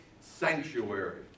sanctuary